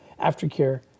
aftercare